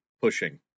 pushing